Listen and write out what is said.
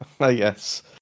Yes